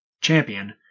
champion